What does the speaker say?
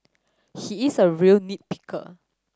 he is a real nit picker